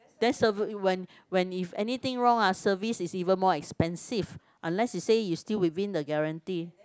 that's a when when if anything wrong ah service is even more expensive unless you say you still within the guarantee